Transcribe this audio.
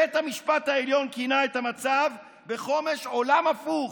בית המשפט העליון כינה את המצב בחומש "עולם הפוך".